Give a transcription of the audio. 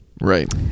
Right